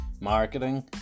marketing